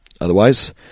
otherwise